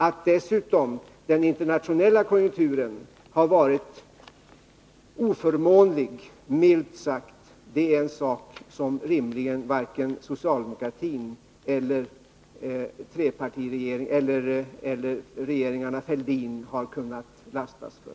Att dessutom den internationella konjunkturen har varit oförmånlig, milt sagt, är en sak som rimligen varken socialdemokratin eller regeringarna Fälldin kunnat lastas för.